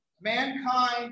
mankind